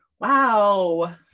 wow